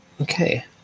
Okay